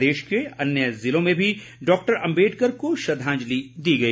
प्रदेश के अन्य ज़िलों में भी डॉक्टर अम्बेडकर को श्रद्धांजलि दी गई